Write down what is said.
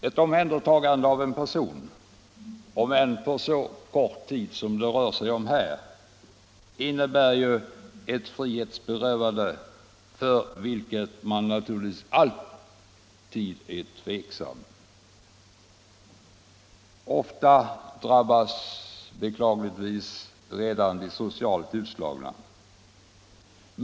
Ett omhändertagande av en person — om än för så kort tid som det här rör sig om — innebär ett frihetsberövande, inför vilket man naturligtvis alltid är tveksam. Ofta drabbas beklagligtvis de redan socialt utslagna.